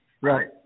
Right